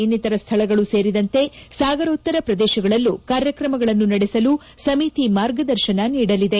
ಇನ್ನಿತರ ಸ್ಥಳಗಳೂ ಸೇರಿದಂತೆ ಸಾಗರೋತ್ತರ ಪ್ರದೇಶಗಳಲ್ಲೂ ಕಾರ್ಯಕ್ರಮಗಳನ್ನು ನಡೆಸಲು ಸಮಿತಿ ಮಾರ್ಗದರ್ಶನ ನೀಡಲಿದೆ